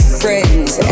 friends